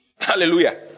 Hallelujah